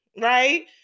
right